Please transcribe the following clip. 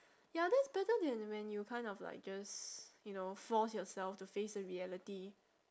ya that's better than when you kind of like just you know force yourself to face the reality